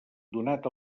donat